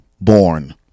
Born